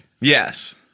Yes